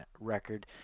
record